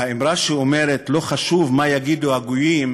והאמרה שאומרת "לא חשוב מה יגידו הגויים,